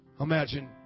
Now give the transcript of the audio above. Imagine